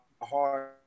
hard